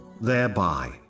thereby